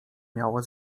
miało